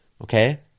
okay